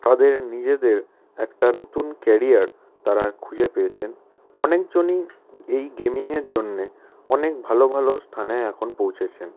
তাদের নিজেদের একটা নতুন কেরিয়ার তারা খুঁজে পেয়েছেন অনেকজনই এই গেমিংয়ের জন্য অনেক ভালো ভালো স্থানে এখন পৌঁছেছেন